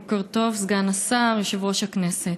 בוקר טוב, סגן השר, יושב-ראש הכנסת.